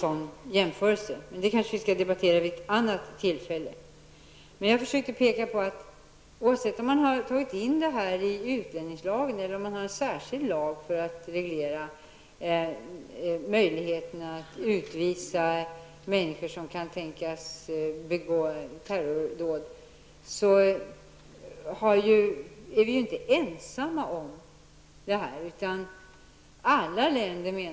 Men det skall vi kanske debattera vid ett annat tillfälle. Jag försökte peka på att oavsett om man har tagit in terroristbestämmelser i utlänningslagen eller om man har en särskild lag för att reglera möjligheterna att utvisa människor som kan tänkas begå ett terrordåd, är vi ju inte ensamma om att inta denna hållning.